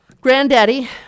granddaddy